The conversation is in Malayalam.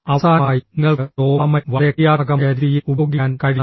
അവസാനമായി നിങ്ങൾക്ക് ഡോപാമൈൻ വളരെ ക്രിയാത്മകമായ രീതിയിൽ ഉപയോഗിക്കാൻ കഴിയണം